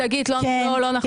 שגית, לא נכון.